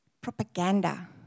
propaganda